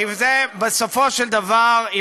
אמרת את זה גם בפעם שעברה,